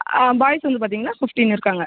ஆ boys வந்து பார்த்தீங்கன்னா fifteen இருக்காங்க